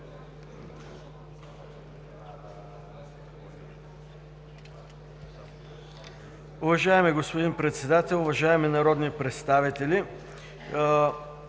Уважаема госпожо Председател, уважаеми народни представители!